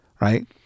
right